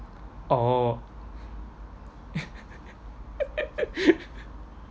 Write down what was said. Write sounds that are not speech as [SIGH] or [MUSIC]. oh [LAUGHS]